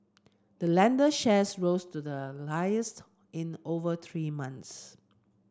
the lender's shares rose to their in over three months